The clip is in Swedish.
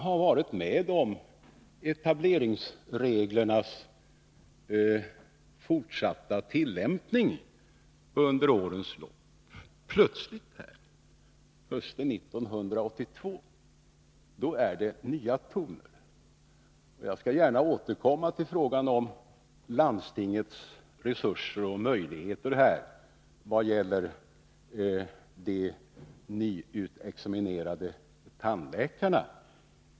Han varit med om etableringsreglernas fortsatta tillämpning under årens lopp. Plötsligt, hösten 1982, är det nya toner. Jag skall gärna återkomma till frågan om landstingens resurser och möjligheter i vad gäller de nyutexaminerade tandläkarna.